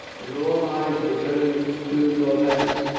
and all eyes were turned to norbanus,